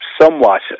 somewhat